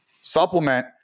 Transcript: supplement